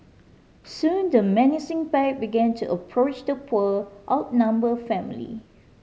soon the menacing pack began to approach the poor outnumbered family